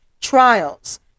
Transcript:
trials